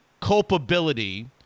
culpability